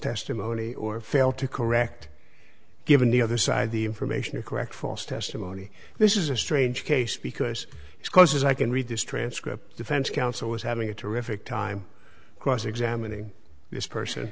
testimony or fail to correct given the other side the information or correct false testimony this is a strange case because it's close as i can read this transcript defense counsel is having a terrific time cross examining this person